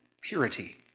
purity